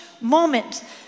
moment